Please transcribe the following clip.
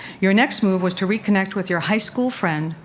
your next move was to reconnect with your high school friend,